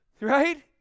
right